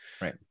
Right